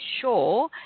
sure